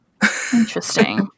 Interesting